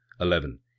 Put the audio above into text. eleven